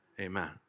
Amen